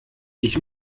ich